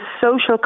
social